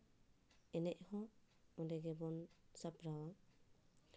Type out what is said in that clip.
ᱮᱱᱮᱡ ᱦᱚᱸ ᱚᱰᱮ ᱜᱮᱵᱚᱱ ᱥᱟᱯᱲᱟᱣᱟ